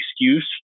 excuse